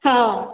ହଁ